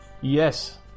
Yes